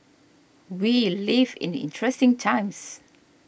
we live in interesting times